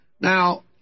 Now